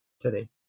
today